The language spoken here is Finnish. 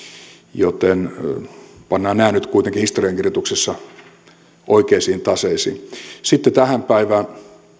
joten pannaan nämä nyt kuitenkin historiankirjoituksessa oikeisiin taseisiin sitten tähän päivään